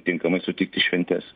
tinkamai sutikti šventes